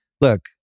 look